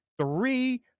three